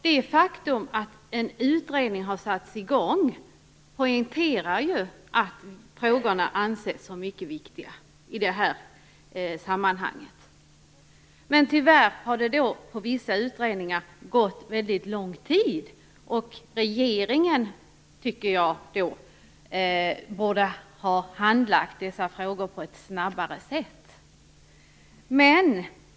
Det faktum att en utredning har satts i gång poängterar ju att frågorna ansetts som mycket viktiga i det här sammanhanget. Tyvärr har det i fråga om vissa utredningar gått väldigt lång tid. Jag tycker att regeringen borde ha handlagt dessa frågor på ett snabbare sätt.